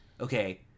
okay